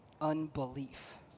unbelief